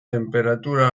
tenperatura